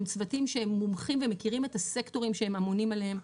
הם צוותים שהם מומחים ומכירים את הסקטורים שהם אמונים עליהם,